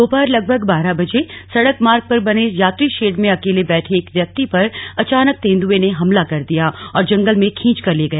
दोपहर लगभग बारह बजे सड़क मार्ग पर बने यात्री शेड में अकेले बैठे एक व्यक्ति पर अचानक तेंदुए ने हमला कर दिया और जंगल में खींचकर ले गया